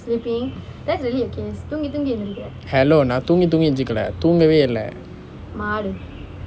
hello நான் தூங்கி தூங்கி எந்திரிக்கலே தூங்கவே இல்லை:naan thungi thungi entharikkalae thoongave illai